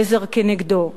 עזר כנגדו.